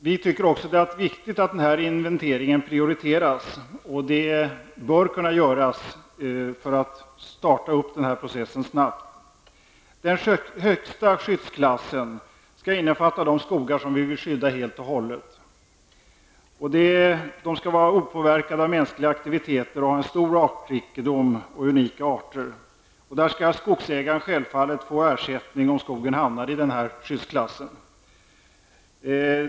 Vi tycker att det är viktigt att denna inventering prioriteras. Det bör kunna göras för att starta processen snabbt. Den högsta skyddsklassen skall innefatta de skogar vi vill skydda helt och fullt. De kan vara i stort opåverkade av mänskliga aktiviteter och ha en stor artrikedom och unika arter. Skogsägaren skall självfallet ha rätt till ersättning om skogen hamnar i denna skyddsklass.